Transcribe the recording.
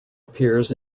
appears